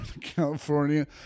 California